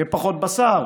יהיה פחות בשר,